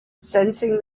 sensing